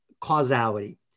causality